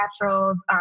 Naturals